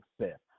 success